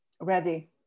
ready